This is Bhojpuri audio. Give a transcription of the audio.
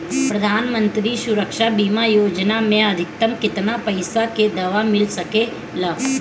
प्रधानमंत्री सुरक्षा बीमा योजना मे अधिक्तम केतना पइसा के दवा मिल सके ला?